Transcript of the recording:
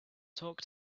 talk